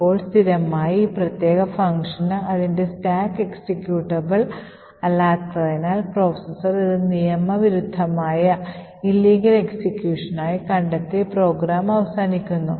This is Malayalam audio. ഇപ്പോൾ സ്ഥിരമായി ഈ പ്രത്യേക ഫംഗ്ഷന് അതിന്റെ സ്റ്റാക്ക് എക്സിക്യൂട്ടബിൾ അല്ലാത്തതിനാൽ പ്രോസസർ ഇത് നിയമ വിരുദ്ധമായ എക്സിക്യൂഷനായി കണ്ടെത്തി പ്രോഗ്രാം അവസാനിക്കുന്നു